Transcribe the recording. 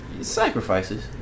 sacrifices